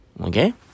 Okay